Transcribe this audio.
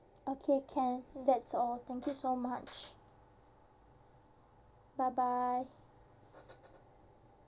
okay can that's all thank you so much bye bye